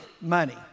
money